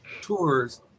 tours